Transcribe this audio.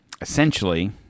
essentially